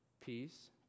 Peace